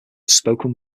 spoken